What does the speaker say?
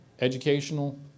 Educational